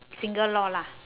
single law lah